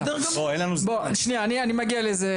בוא שנייה אני מגיע לזה,